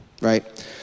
right